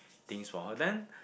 things for her then